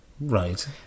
Right